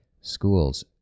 schools